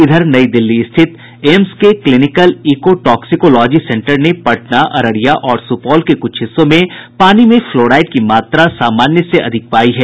इधर नई दिल्ली स्थित एम्स के क्लीनिकल ईको टॉक्सिकोलॉजी सेंटर ने पटना अररिया और सुपौल के कुछ हिस्सों में पानी में फ्लोराईड की मात्रा सामान्य से अधिक पाई है